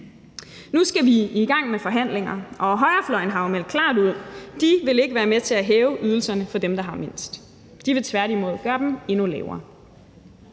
Nu skal vi i gang med forhandlinger, og højrefløjen har jo meldt klart ud, at de ikke vil være med til hæve ydelserne for dem, der har mindst. De vil tværtimod gøre dem endnu lavere.